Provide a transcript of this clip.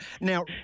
now